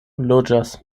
loĝas